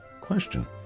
Question